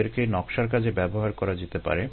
এদেরকে নকশার কাজে ব্যবহার করা যেতে পারে